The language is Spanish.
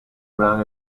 gran